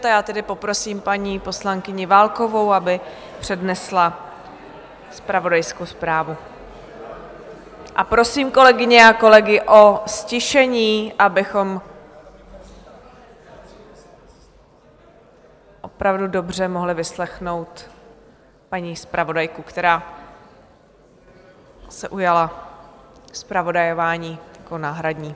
A já tedy poprosím paní poslankyni Válkovou, aby přednesla zpravodajskou zprávu, a prosím kolegyně a kolegy o ztišení, abychom opravdu dobře mohli vyslechnout paní zpravodajku, která se ujala zpravodajování jako náhradní.